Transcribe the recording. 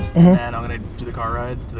and i'm gonna do the car ride to the